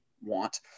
want